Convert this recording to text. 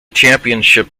championship